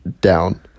down